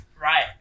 Right